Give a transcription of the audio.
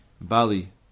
Bali